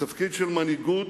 התפקיד של מנהיגות,